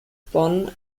bonn